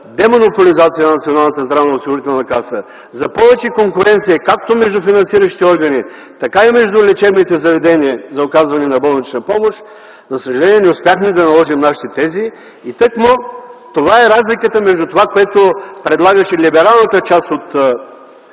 здравноосигурителна каса, за повече конкуренция както между финансиращите органи, така и между лечебните заведения за оказване на болнична помощ. За съжаление не успяхме да наложим нашите тези и тъкмо това е разликата между това, което предлагаше либералната част от